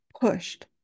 pushed